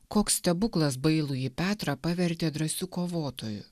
koks stebuklas bailųjį petrą pavertė drąsiu kovotoju